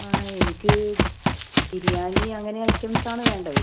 ആ എനിക്ക് ബിരിയാണി അങ്ങനെ ഐറ്റംസ് ആണ് വേണ്ടത്